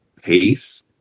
pace